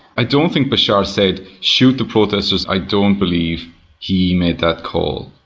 i don't think bashar said shoot the protesters. i don't believe he made that call.